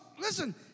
listen